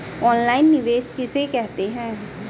Online निवेश किसे कहते हैं?